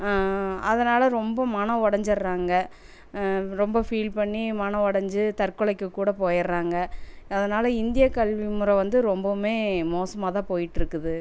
அதனால் ரொம்ப மனம் உடஞ்சிட்றாங்க ரொம்ப ஃபீல் பண்ணி மனம் உடஞ்சி தற்கொலைக்கு கூட போயிடுறாங்க அதனால இந்திய கல்வி முறை வந்து ரொம்பவுமே மோசமாக தான் போய்கிட்ருக்குது